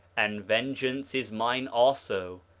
and vengeance is mine also,